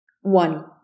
One